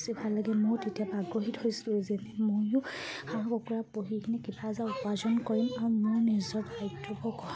ভাল লাগে মই তেতিয়া আগ্ৰহী হৈছিলোঁ যে ময়ো হাঁহ কুকুৰা পুহি কিনে কিবা এটা উপাৰ্জন কৰিম আৰু মোৰ নিজৰ দায়িত্ব